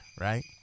right